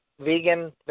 vegan